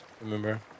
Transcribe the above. Remember